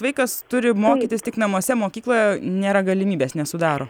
vaikas turi mokytis tik namuose mokykloje nėra galimybės nesudaro